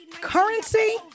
currency